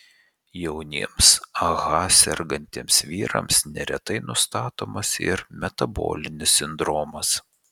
jauniems ah sergantiems vyrams neretai nustatomas ir metabolinis sindromas